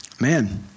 Man